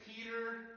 Peter